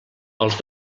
els